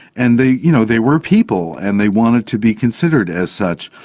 and they you know they were people and they wanted to be considered as such.